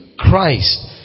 Christ